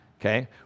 Okay